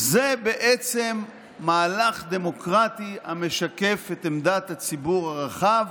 זה בעצם מהלך דמוקרטי המשקף את עמדת הציבור הרחב,